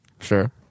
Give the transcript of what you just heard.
Sure